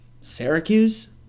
Syracuse